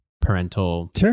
parental